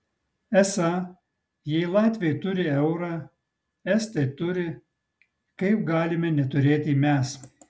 esą jei latviai turi eurą estai turi kaip galime neturėti mes